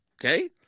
okay